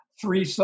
Three